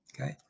okay